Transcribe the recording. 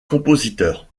compositeurs